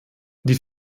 die